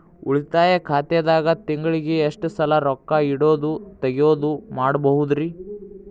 ಉಳಿತಾಯ ಖಾತೆದಾಗ ತಿಂಗಳಿಗೆ ಎಷ್ಟ ಸಲ ರೊಕ್ಕ ಇಡೋದು, ತಗ್ಯೊದು ಮಾಡಬಹುದ್ರಿ?